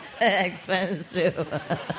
Expensive